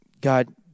God